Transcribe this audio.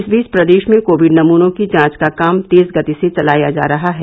इस बीच प्रदेश में कोविड नमूनों की जांच का काम तेज गति से चलाया जा रहा है